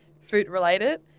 food-related